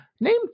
Name